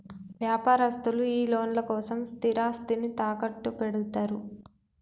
వ్యాపారస్తులు ఈ లోన్ల కోసం స్థిరాస్తిని తాకట్టుపెడ్తరు